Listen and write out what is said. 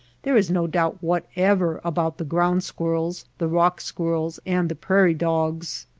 there is no doubt whatever about the ground squirrels, the rock squirrels, and the prairie dogs.